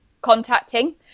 contacting